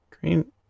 green